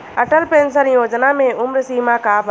Atal pension Yojana मे उम्र सीमा का बा?